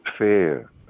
fair